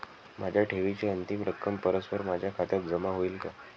माझ्या ठेवीची अंतिम रक्कम परस्पर माझ्या खात्यात जमा होईल का?